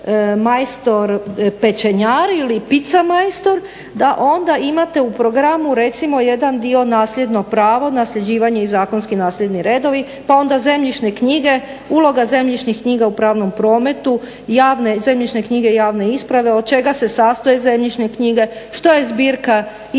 majstor pečenjar ili pizza majstor, da onda imate u programu recimo jedan dio nasljedno pravo, nasljeđivanje i zakonski nasljedni redovi, pa onda zemljišne knjige, uloga zemljišnih knjiga u pravnom prometu, zemljišne knjige i javne isprave, od čega se sastoje zemljišne knjige, što je zbirka isprava